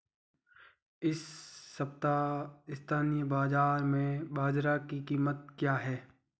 इस सप्ताह स्थानीय बाज़ार में बाजरा की कीमत क्या है?